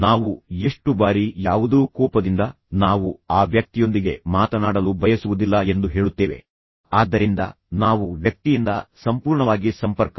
ನಾವು ಎಷ್ಟು ಬಾರಿ ಫೋನ್ ಅನ್ನು ಕೆಳಗೆ ಕುಕ್ಕಿ ನಂತರ ಯಾವುದೋ ಕೋಪದಿಂದ ನಾವು ಆ ವ್ಯಕ್ತಿಯೊಂದಿಗೆ ಮಾತನಾಡಲು ಬಯಸುವುದಿಲ್ಲ ಎಂದು ಹೇಳುತ್ತೇವೆ ನಾವು ಆ ವ್ಯಕ್ತಿಯ ಮೇಲೆ ಕೂಗಾಡುತ್ತೇವೆ ನಾವು ಆ ವ್ಯಕ್ತಿಯನ್ನು ಎಚ್ಚರಿಸುತ್ತೇವೆ ಮತ್ತು ಹಲವಾರು ಕರೆಗಳು ಸಹ ಆಗಿವೆ ಹಲವಾರು ಕರೆಗಳನ್ನ ಮಾಡಿಯಾಗಿದೆ